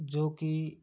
जो कि